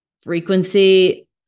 frequency